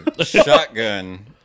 shotgun